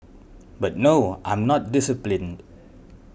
but no I'm not disciplined